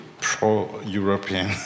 pro-European